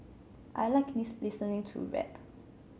I like listening to rap